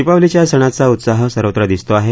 दिपावलीच्या सणाचा उत्साह सर्वत्र दिसतो आहे